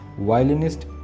violinist